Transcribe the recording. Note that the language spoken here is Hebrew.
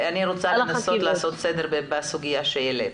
אני רוצה לעשות סדר בסוגיה שהעלית.